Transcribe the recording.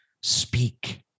speak